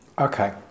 Okay